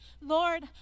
Lord